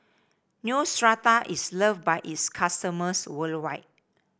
Neostrata is loved by its customers worldwide